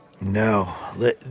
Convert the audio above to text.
No